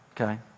Okay